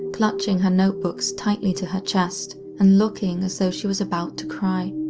clutching her notebooks tightly to her chests, and looking as though she was about to cry.